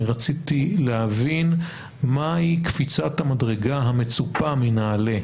רציתי להבין מהי קפיצת המדרגה המצופה מנעל"ה